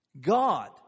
God